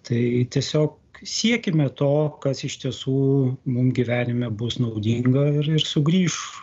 tai tiesiog siekime to kas iš tiesų mum gyvenime bus naudinga ir ir sugrįš